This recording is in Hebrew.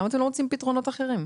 למה אתם לא מוצאים פתרונות אחרים?